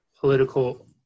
political